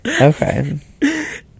Okay